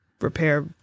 repair